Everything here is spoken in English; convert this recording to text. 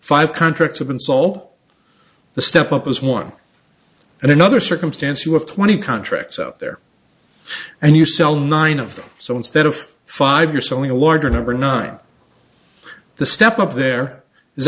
five contracts have been sold the step up was one and another circumstance you have twenty contracts out there and you sell nine of them so instead of five you're selling a larger number nine the step up there is